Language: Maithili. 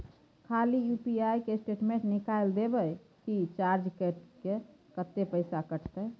खाली यु.पी.आई के स्टेटमेंट निकाइल देबे की चार्ज कैट के, कत्ते पैसा कटते?